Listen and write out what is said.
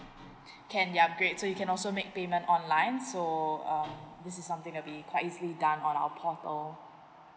can be upgrade so you can also make payment online so um this is something that will be quite easily done on our portal